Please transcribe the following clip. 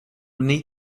need